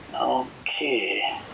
okay